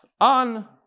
on